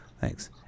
Thanks